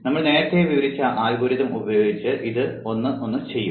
നമ്മൾ നേരത്തെ വിവരിച്ച അൽഗോരിതം ഉപയോഗിച്ച് ഇത് ഒന്ന് ഒന്ന് ചെയ്യും